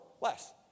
less